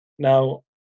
Now